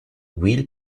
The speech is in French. will